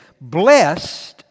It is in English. Blessed